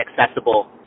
accessible